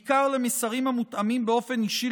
בעיקר למסרים המותאמים באופן אישי